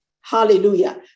Hallelujah